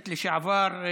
לשעבר,